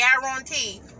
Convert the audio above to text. guarantee